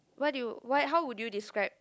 what you why how would you describe